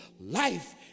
life